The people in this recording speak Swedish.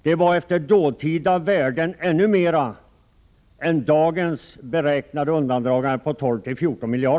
Det var efter dåtida värden ännu mer än dagens beräknade undandragande på 12-14 miljarder.